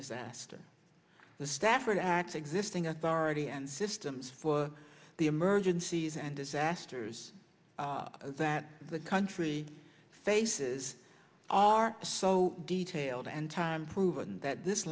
disaster the stafford act existing authority and systems for the emergencies and disasters that the country faces are so detailed and time through verdant that this